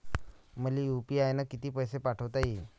मले यू.पी.आय न किती पैसा पाठवता येईन?